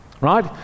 right